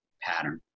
pattern